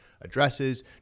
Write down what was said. addresses